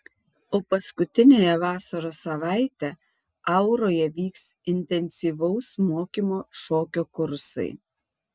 o paskutiniąją vasaros savaitę auroje vyks intensyvaus mokymo šokio kursai